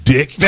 Dick